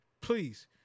please